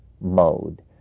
mode